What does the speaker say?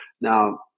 Now –